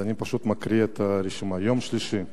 אז אני פשוט מקריא את הרשימה: יום שלישי,